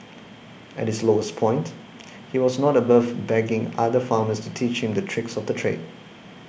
at his lowest point he was not above begging other farmers to teach him the tricks of the trade